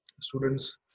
students